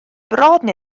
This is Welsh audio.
bron